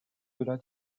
delà